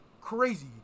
crazy